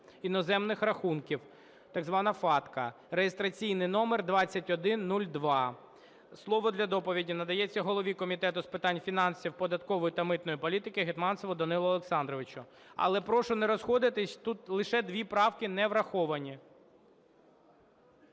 іноземних рахунків" так звана FATCA (реєстраційний номер 2102). Слово для доповіді надається голові Комітету з питань фінансів, податкової та митної політики Гетманцеву Данилу Олександровичу. Але прошу не розходитись, тут лише дві правки не враховані.